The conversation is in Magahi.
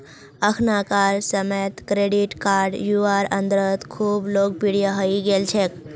अखनाकार समयेत क्रेडिट कार्ड युवार अंदरत खूब लोकप्रिये हई गेल छेक